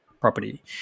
property